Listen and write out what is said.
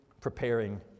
preparing